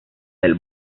del